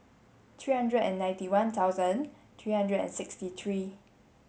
three hundred and ninety one thousand three hundred and sixty three